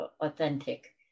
authentic